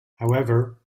however